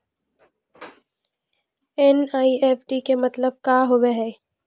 NEFT के मतलब का होव हेय?